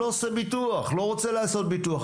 לא רוצה לעשות ביטוח.